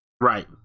Right